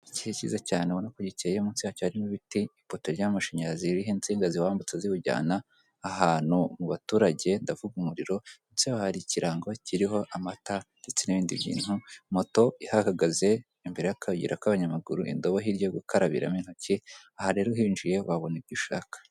Ikirere cyiza cyane ubona ko gikeye munsi hacyo harimo ibiti, ipoto ry'amashanyarazi ririho insinga ziwambutsa ziwujyana ahantu mu baturage ndavuga umuriro ndetse hari aho ikirango kiriho amata ndetse n'ibindi bintu, moto ihagaze imbere y'akayira k'abanyamaguru indobo hirya yo gukarabiramo intoki. Aha rero uhinjiye wabona ibyo ushaka.